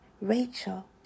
Rachel